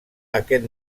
aquest